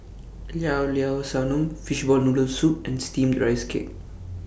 Llao Llao Sanum Fishball Noodle Soup and Steamed Rice Cake